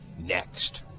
next